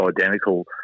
identical